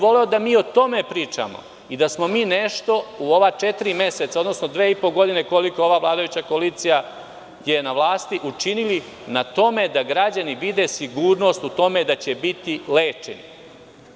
Voleo bih da o tome pričamo i da smo nešto u ova četiri meseca, odnosno dve i po godine, koliko je ova vladajuća koalicija na vlasti, učinili na tome da građani vide sigurnost u tome da će biti lečeni.